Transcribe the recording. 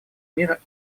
мира